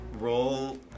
Roll